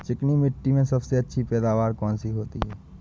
चिकनी मिट्टी में सबसे अच्छी पैदावार कौन सी होती हैं?